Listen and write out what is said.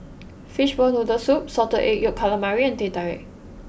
Fishball Noodle Soup Salted Egg Yolk Calamari and Teh Tarik